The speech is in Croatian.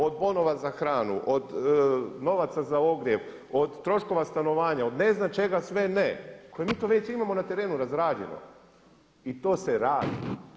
Od bonova za hranu, od novac za ogrjev, od troškova stanovanja od ne znam čega sve ne koji mi to već imamo na terenu razrađeno i to se radi.